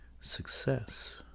success